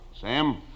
Sam